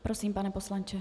Prosím, pane poslanče.